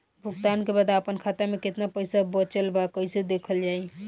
भुगतान के बाद आपन खाता में केतना पैसा बचल ब कइसे देखल जाइ?